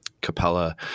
Capella